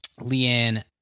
Leanne